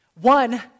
One